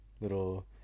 little